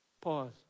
Pause